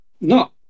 No